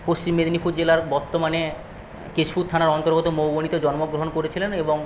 পশ্চিম মেদিনীপুর জেলার বর্তমানে কেশপুর থানার অন্তর্গত মৌবনীতে জন্মগ্রহণ করেছিলেন এবং